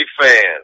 fans